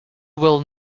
will